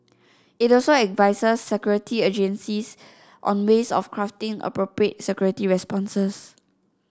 it also advises security agencies on ways of crafting appropriate security responses